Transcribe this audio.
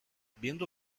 viendo